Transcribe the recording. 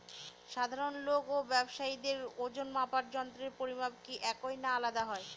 সাধারণ লোক ও ব্যাবসায়ীদের ওজনমাপার যন্ত্রের পরিমাপ কি একই না আলাদা হয়?